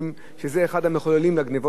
וזה אחד המחוללים של גנבות הרכב,